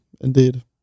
Indeed